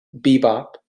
bebop